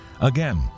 Again